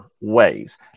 ways